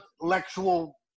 intellectual